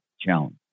challenge